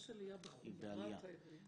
יש עלייה בחומרת האירועים.